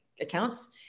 accounts